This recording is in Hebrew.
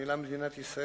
שניהלה מדינת ישראל,